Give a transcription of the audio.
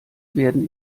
werden